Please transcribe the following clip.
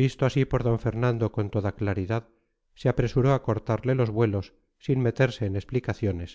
visto así por d fernando con toda claridad se apresuró a cortarle los vuelos sin meterse en explicaciones